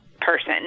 person